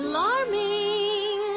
Alarming